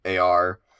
AR